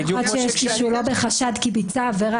כי ביצע עבירה.